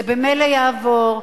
זה ממילא יעבור,